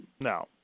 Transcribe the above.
No